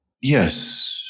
yes